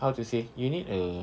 how to say you need a